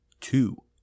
two